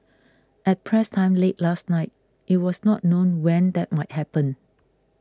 at press time late last night it was not known when that might happen